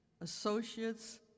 associates